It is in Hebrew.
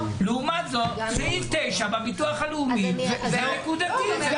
לעומת זה, סעיף 9 בביטוח הלאומי הוא נקודתי.